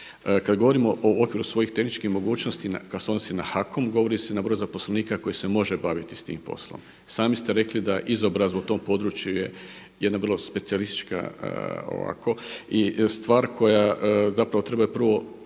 Kada govorimo o okviru svojih tehničkih mogućnosti koje se odnose na HAKOM, govori se na broj zaposlenika koji se može baviti s tim poslom. Sami ste rekli da izobrazba u tom području je jedna vrlo specijalištička ovako i stvar koja zapravo trebaju je prvo